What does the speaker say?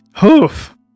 Hoof